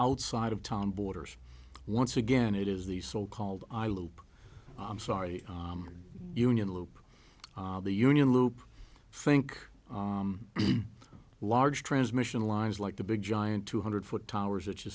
outside of tom borders once again it is these so called i loop i'm sorry union loop the union loop think large transmission lines like the big giant two hundred foot towers that